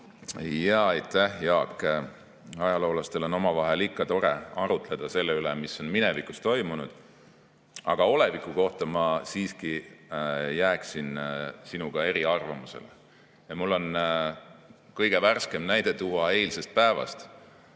Aitäh, Jaak! Ajaloolastel on omavahel ikka tore arutleda selle üle, mis on minevikus toimunud. Aga oleviku koha pealt ma siiski jääksin sinuga eriarvamusele. Mul on kõige värskem näide tuua eilsest päevast,